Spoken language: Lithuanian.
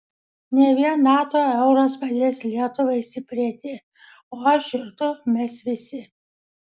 ne vien nato euras padės lietuvai stiprėti o aš ir tu mes visi